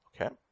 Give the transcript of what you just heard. Okay